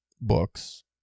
books